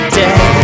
dead